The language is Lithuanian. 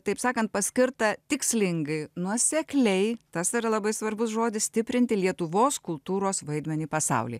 taip sakant paskirta tikslingai nuosekliai tas yra labai svarbus žodis stiprinti lietuvos kultūros vaidmenį pasauly